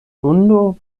hundo